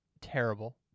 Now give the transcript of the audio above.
terrible